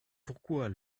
pourquoi